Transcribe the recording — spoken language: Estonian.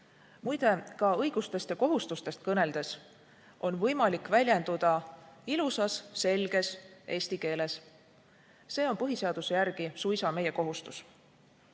Muide, ka õigustest ja kohustustest kõneldes on võimalik väljenduda ilusas selges eesti keeles. See on põhiseaduse järgi suisa meie kohustus.